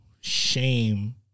shame